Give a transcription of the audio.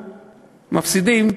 מפסידים,